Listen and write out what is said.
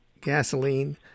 gasoline